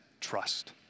trust